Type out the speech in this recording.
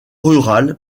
rurales